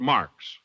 Marks